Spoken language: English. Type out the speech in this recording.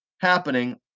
happening